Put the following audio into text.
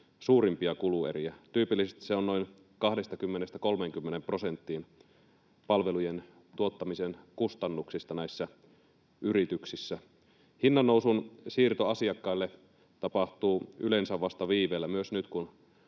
suurimpia kulueriä. Tyypillisesti se on noin 20—30 prosenttia palvelujen tuottamisen kustannuksista näissä yrityksissä. Hinnannousun siirto asiakkaille tapahtuu yleensä vasta viiveellä, myös nyt, kun